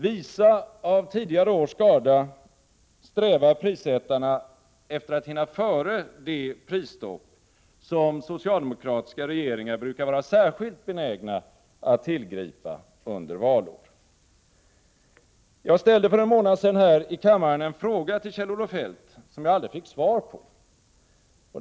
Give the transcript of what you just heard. Visa av tidigare års skada strävar prissättarna efter att hinna före det prisstopp som socialdemokratiska regeringar brukar vara särskilt benägna att tillgripa under valår. Jag ställde för en månad sedan här i kammaren en fråga till Kjell-Olof Feldt som jag aldrig fick svar på.